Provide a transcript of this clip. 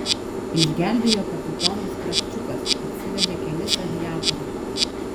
išgelbėjo kapitonas kravčiukas atsivedė kelis aviatorius